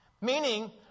Meaning